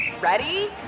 Ready